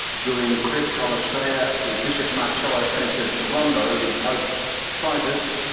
julian cribb from australia with bishop marcelo sanchez sorondo, the pope's scientist,